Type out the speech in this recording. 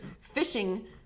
fishing